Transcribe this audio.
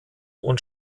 und